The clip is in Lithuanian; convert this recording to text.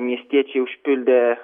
miestiečiai užpildė